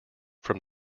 from